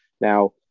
Now